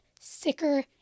sicker